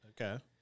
Okay